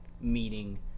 meeting